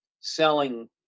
selling